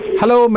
Hello